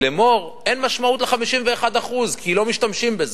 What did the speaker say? לאמור, אין משמעות ל-51%, כי לא משתמשים בזה.